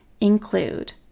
include